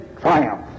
triumph